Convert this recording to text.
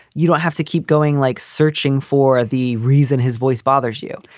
you don't have to keep going, like searching for the reason his voice bothers you.